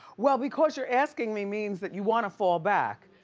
well, because you're asking me means that you wanna fall back.